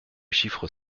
chiffre